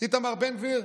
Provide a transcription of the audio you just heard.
איתמר בן גביר,